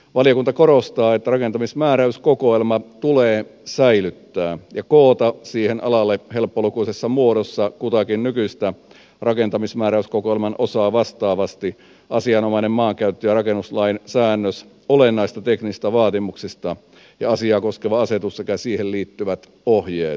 valiokunta korostaa että rakentamismääräyskokoelma tulee säilyttää ja koota siihen alalle helppolukuisessa muodossa kutakin nykyistä rakentamismääräyskokoelman osaa vastaavasti asianomainen maankäyttö ja rakennuslain säännös olennaisista teknisistä vaatimuksista ja asiaa koskeva asetus sekä siihen liittyvät ohjeet